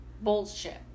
Bullshit